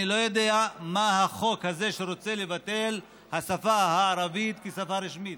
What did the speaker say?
אני לא יודע מה החוק הזה שרוצה לבטל את השפה הערבית כשפה רשמית.